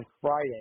Friday